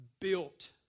built